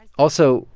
also,